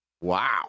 Wow